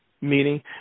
meeting